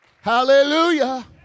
Hallelujah